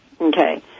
Okay